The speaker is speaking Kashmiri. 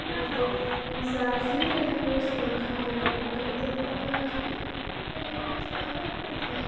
اگر تُہۍ أمِس داج دِیوٗ تیٚلہِ ہٮ۪کو أسۍ خاندَر کٔرِتھ اگر نہٕ تہۍ داج دِیوٗ تیٚلہِ ہٮ۪کو نہٕ أسۍ خاندَر کٔرۍ تھٕے